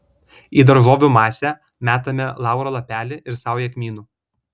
į daržovių masę metame lauro lapelį ir saują kmynų